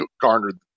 garnered